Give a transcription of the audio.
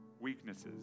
weaknesses